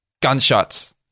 Gunshots